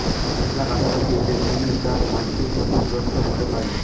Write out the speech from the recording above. মেলা কাছাকাছি এলে কুমীর চাস মান্সী ক্ষতিগ্রস্ত হতে পারি